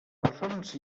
persones